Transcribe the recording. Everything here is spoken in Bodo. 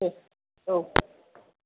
दै औ